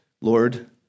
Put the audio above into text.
Lord